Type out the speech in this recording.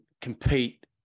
compete